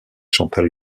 chantal